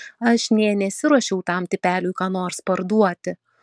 aš nė nesiruošiau tam tipeliui ką nors parduoti